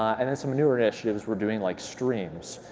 and then some newer initiatives we're doing like streams,